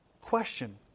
question